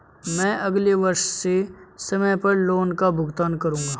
मैं अगले वर्ष से समय पर लोन का भुगतान करूंगा